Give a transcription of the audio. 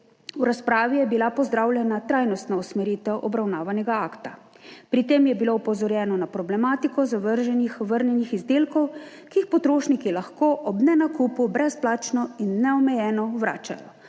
V razpravi je bila pozdravljena trajnostna usmeritev obravnavanega akta. Pri tem je bilo opozorjeno na problematiko zavrženih vrnjenih izdelkov, ki jih potrošniki lahko ob nenakupu brezplačno in neomejeno vračajo.